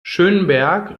schönberg